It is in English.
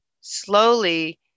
slowly